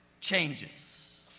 changes